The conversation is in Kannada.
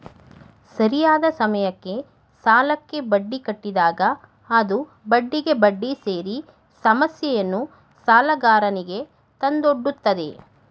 ಸರಿಯಾದ ಸಮಯಕ್ಕೆ ಸಾಲಕ್ಕೆ ಬಡ್ಡಿ ಕಟ್ಟಿದಾಗ ಅದು ಬಡ್ಡಿಗೆ ಬಡ್ಡಿ ಸೇರಿ ಸಮಸ್ಯೆಯನ್ನು ಸಾಲಗಾರನಿಗೆ ತಂದೊಡ್ಡುತ್ತದೆ